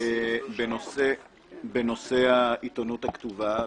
בנושא העיתונות הכתובה,